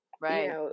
Right